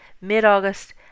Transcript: mid-August